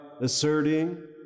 asserting